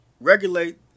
regulate